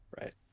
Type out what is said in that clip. right